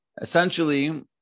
essentially